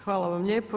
Hvala vam lijepo.